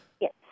Yes